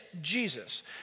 Jesus